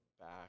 back